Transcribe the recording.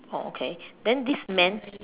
oh okay then this man